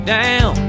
down